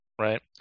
right